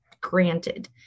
granted